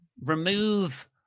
Remove